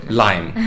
lime，